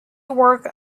work